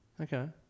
okay